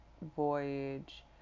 Voyage